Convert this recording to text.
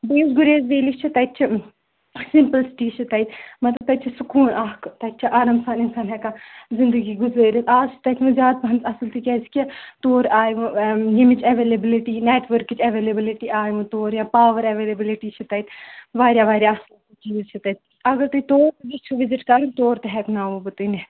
بیٚیہِ یُس گُریزویلی چھِ تَتہِ چھِ سِمپٕلسِٹی چھِ تَتہِ مطلب تَتہِ چھُ سکون اَکھ تَتہِ چھُ آرام سان اِنسان ہیٚکان زندگی گُزٲرِتھ اَز چھَ تَتہِ وۄنۍ زیادٕ پَہن اصل تہِ کیازِکہِ تور آیہِ وۄنۍ یٔمِچۍ ایٚولیبٕلٹی نِیٚٹؤرکٕچ ایٚولیبٕلٹی آی وۄنۍ تور یا پاور ایٚولیبٕلٹی چھِ تَتہِ واریاہ واریاہ اصل چیٖز چھِ تَتہِ اگرتُہی توریَژِھیٚو وِزِٹ کَرُن تور تہِ ہیٚکناوو بہٕ تُہۍ نِتھ